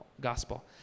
gospel